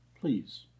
Please